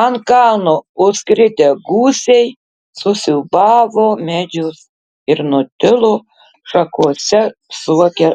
ant kalno užskridę gūsiai susiūbavo medžius ir nutilo šakose suokę